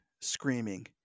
screaming